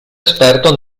esperto